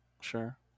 Sure